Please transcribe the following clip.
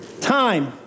Time